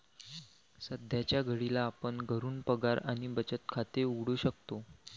सध्याच्या घडीला आपण घरून पगार आणि बचत खाते उघडू शकतो